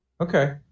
Okay